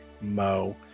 Mo